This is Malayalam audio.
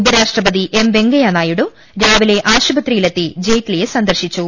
ഉപരാഷ്ട്രപതി എം വെങ്കയ്യനായിഡു രാവിലെ ആശുപത്രിയി ലെത്തി ജെയ്റ്റ്ലിയെ സന്ദർശിച്ചു